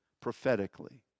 prophetically